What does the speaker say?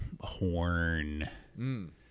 horn